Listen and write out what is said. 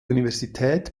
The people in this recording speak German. universität